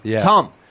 Tom